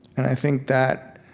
and i think that